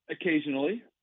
Occasionally